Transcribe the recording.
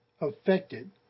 affected